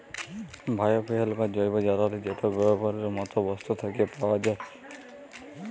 bio fuel বা জৈব জ্বালালী যেট গোবরের মত বস্তু থ্যাকে পাউয়া যায়